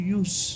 use